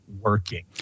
working